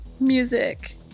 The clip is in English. music